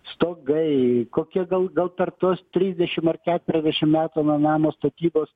stogai kokie gal gal per tuos trisdešim ar keturiasdešim metų nuo namo statybos